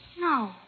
No